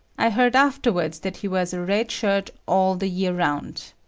i heard afterwards that he wears a red shirt all the year round.